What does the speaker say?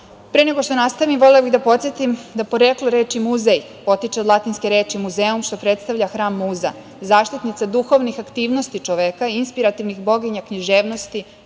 nego što nastavim volela bih da podsetim da poreklo reči muzej potiče od latinske reči „muzeom“ što predstavlja hram muza, zaštitnica duhovnih aktivnosti čoveka, inspirativnih boginja književnosti,